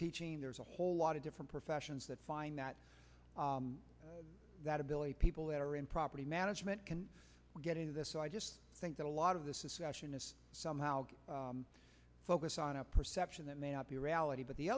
teaching there's a whole lot of different professions that find that that ability people that are in property management can get into this so i just think that a lot of this is fashion is somehow focus on a perception that may not be a reality but the